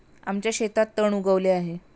आमच्या शेतात तण उगवले आहे